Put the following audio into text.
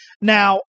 Now